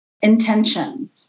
intention